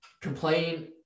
complain